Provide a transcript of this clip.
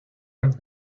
was